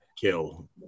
kill